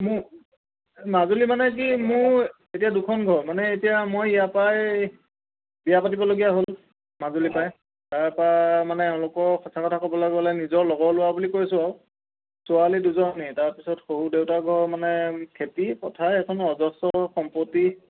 মোৰ মাজুলী মানে কি মোৰ এতিয়া দুখন ঘৰ মানে এতিয়া মই ইয়াৰ পৰাই বিয়া পাতিবলগীয়া হ'ল মাজুলী পৰাই তাৰপৰাই মানে এওঁলোকৰ সঁচা কথা ক'বলৈ গ'লে নিজৰ লগৰ ল'ৰা বুলি কৈছোঁ আৰু ছোৱালী দুজনী তাৰপিছত সৰু দেউতা ঘৰ মানে খেতি পথাৰ এখন অজস্ৰ সম্পত্তি